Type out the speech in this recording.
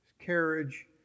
carriage